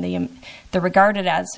the the regarded as